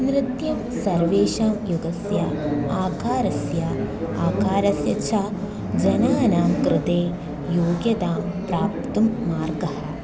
नृत्यं सर्वेषां युगस्य आकारस्य आकारस्य च जनानां कृते योग्यतां प्राप्तुं मार्गः